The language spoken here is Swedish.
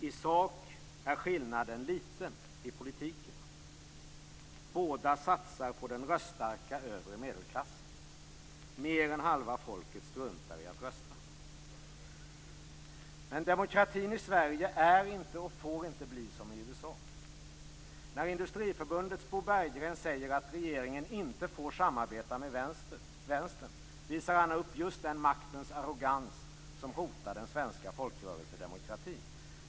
I sak är skillnaden i politiken liten. Båda satsar på den röststarka övre medelklassen. Mer än halva befolkningen struntar i att rösta. Men demokratin i Sverige är inte och får inte bli som i USA. När Industriförbundets Bo Berggren säger att regeringen inte får samarbeta med vänstern visar han upp just den maktens arrogans som hotar den svenska folrörelsedemokratin.